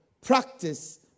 practice